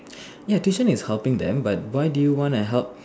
ya tuition is helping them but why do you want to help